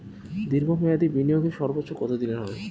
দীর্ঘ মেয়াদি বিনিয়োগের সর্বোচ্চ কত দিনের হয়?